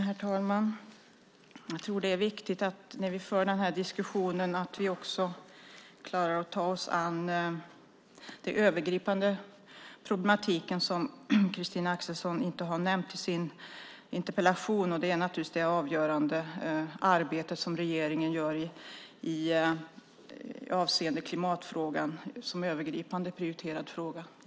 Herr talman! När vi för denna diskussion är det viktigt att vi klarar att ta oss an den övergripande problematik som Christina Axelsson inte har nämnt i sin interpellation. Det rör sig naturligtvis om det avgörande arbete som regeringen gör avseende klimatfrågan som övergripande prioriterad fråga.